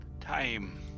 time